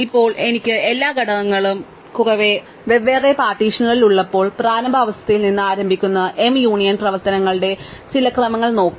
ഇപ്പോൾ എനിക്ക് എല്ലാ ഘടകങ്ങളും വെവ്വേറെ പാർട്ടീഷനുകളിൽ ഉള്ളപ്പോൾ പ്രാരംഭ അവസ്ഥയിൽ നിന്ന് ആരംഭിക്കുന്ന m യൂണിയൻ പ്രവർത്തനങ്ങളുടെ ചില ക്രമങ്ങൾ നോക്കാം